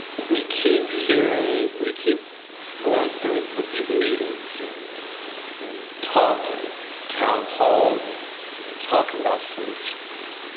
we keep hearing, we keep going through with these meetings and and talk and town halls and and talking about solutions.